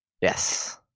Yes